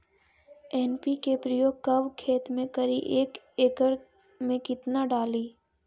NPK प्रयोग कब खेत मे करि एक एकड़ मे कितना डाली?